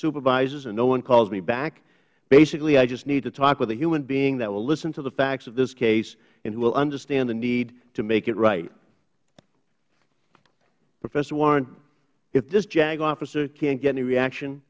supervisors and no one calls me back basically i just need to talk with a human being that will listen to the facts of this case and who will understand the need to make it right professor warren if this jag officer can't get any reaction